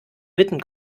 witten